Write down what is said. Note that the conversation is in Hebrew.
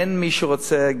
אין מי שרוצה.